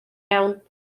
iawn